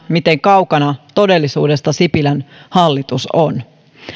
miten kaukana todellisuudesta sipilän hallitus on